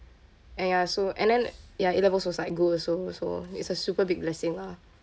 and ya so and then ya A levels was like good also so it's a super big blessing lah